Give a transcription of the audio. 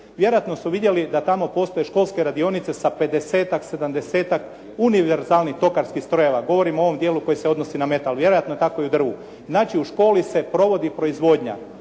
Vjerojatno su vidjeli da tamo postoje školske radionice sa pedesetak, sedamdesetak univerzalnih tokarskih strojeva. Govorim o ovom dijelu koji se odnosi na metal, vjerojatno je tako i u drvu. Znači u školi se provodi proizvodnja,